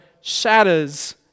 shatters